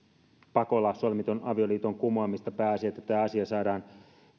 pakolla solmitun avioliiton kumoamista pääasia on että tämä asia saadaan